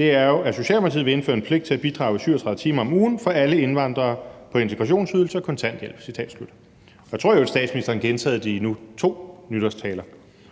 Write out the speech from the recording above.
er jo, at Socialdemokratiet vil indføre en pligt til at bidrage 37 timer om ugen for alle indvandrere på integrationsydelse og kontanthjælp. Citat slut. Og jeg tror, at statsministeren har gentaget det i nu to nytårstaler.